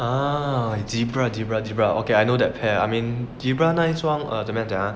ah zebra zebra zebra okay I know that pair I mean zebra 那一双 err 怎么样讲啊